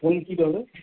कोन चीज